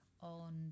on